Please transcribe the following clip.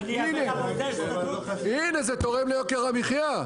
הנה, זה תורם ליוקר המחייה.